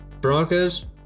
Broncos